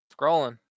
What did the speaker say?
Scrolling